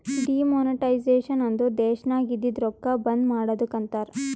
demonetisation ಅಂದುರ್ ದೇಶನಾಗ್ ಇದ್ದಿದು ರೊಕ್ಕಾ ಬಂದ್ ಮಾಡದ್ದುಕ್ ಅಂತಾರ್